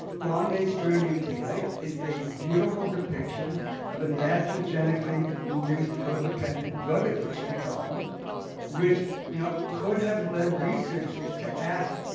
long day's journey into night is a beautiful depiction of an iatrogenically-induced codependent drug addiction problem which, you know, could have led researchers to ask,